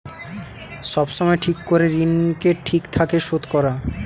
সময় সময় ঠিক করে ঋণকে ঠিক থাকে শোধ করা